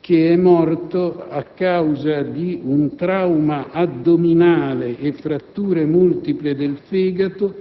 che è deceduto a causa di un trauma addominale e fratture multiple del fegato